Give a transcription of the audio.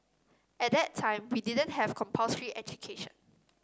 at that time we didn't have compulsory education